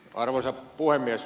arvoisa puhemies